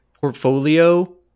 portfolio